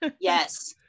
yes